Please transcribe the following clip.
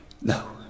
No